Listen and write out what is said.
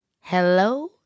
Hello